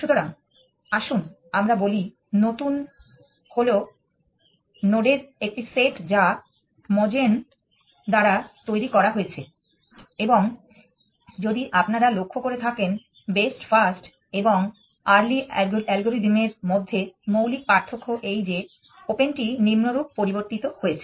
সুতরাং আসুন আমরা বলি নতুন হল নোডের একটি সেট যা Mogen দ্বারা তৈরি করা হয়েছে এবং যদি আপনারা লক্ষ্য করে থাকেন বেস্ট ফার্স্ট এবং এ্যার্লি অ্যালগরিদম এর মধ্যে মৌলিক পার্থক্য এই যে ওপেনটি নিম্নরূপ পরিবর্তিত হয়েছে